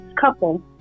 couple